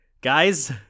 guys